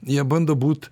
jie bando būt